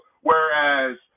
whereas